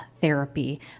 therapy